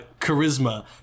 charisma